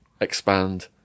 expand